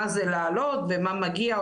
מה זה לעלות ומה מגיע,